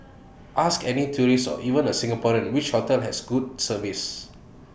ask any tourist or even A Singaporean which hotel has good service